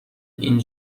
این